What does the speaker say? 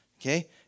Okay